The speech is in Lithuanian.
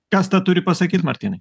kas tą turi pasakyt martynai